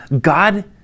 God